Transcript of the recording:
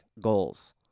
goals